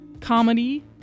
Comedy